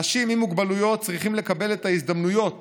אנשים עם מוגבלויות צריכים לקבל את ההזדמנויות